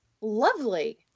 Lovely